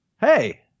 Hey